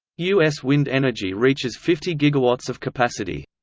us wind energy reaches fifty gigawatts of capacity.